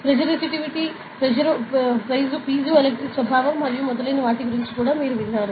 piezoresistivity piezoelectric స్వభావం మరియు మొదలైన వాటి గురించి కూడా మీరు విన్నాను